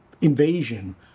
invasion